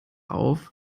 auf